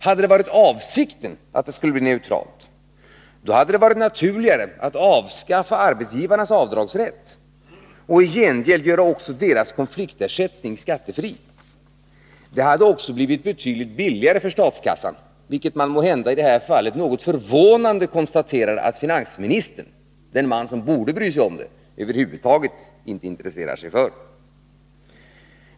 Hade det varit avsikten att det skulle bli neutralt, hade det varit naturligare att avskaffa arbetsgivarnas avdragsrätt och i gengäld göra också deras konfliktersättning skattefri. Det hade också blivit betydligt billigare för statskassan. Måhända är det något förvånande att finansministern — den man som borde bry sig om det — över huvud taget inte intresserar sig för det.